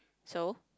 so